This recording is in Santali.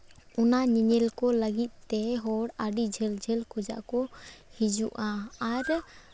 ᱚᱱᱟ ᱧᱮᱧᱮᱞ ᱠᱚ ᱞᱟᱹᱜᱤᱫ ᱛᱮ ᱦᱚᱲ ᱟᱹᱰᱤ ᱡᱷᱟᱞ ᱡᱷᱟᱞ ᱠᱷᱚᱡᱟᱜ ᱠᱚ ᱦᱤᱡᱩᱜᱼᱟ ᱟᱨ